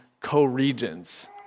co-regents